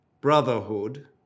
brotherhood